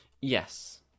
yes